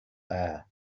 air